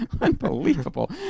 Unbelievable